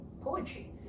poetry